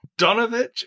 Donovich